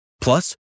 Plus